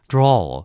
Draw